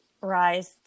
rise